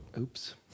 Oops